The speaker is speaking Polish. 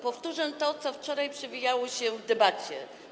Powtórzę to, co wczoraj przewijało się w debacie.